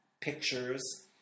pictures